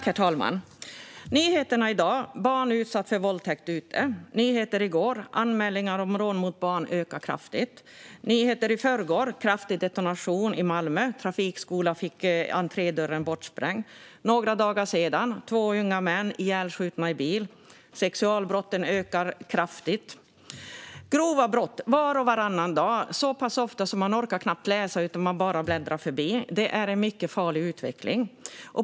Herr talman! Nyheterna i dag: Barn utsatt för våldtäkt ute. Nyheter i går: Anmälningar om rån mot barn ökar kraftigt. Nyheter i förrgår: Kraftig detonation i Malmö. Trafikskola fick entrédörren bortsprängd. För några dagar sedan: Två unga män ihjälskjutna i bil. Sexualbrotten ökar kraftigt. Det är grova brott var och varannan dag. Det är så pass ofta att man knappt orkar läsa utan bara bläddrar förbi. Det är en mycket farlig utveckling.